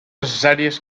necessàries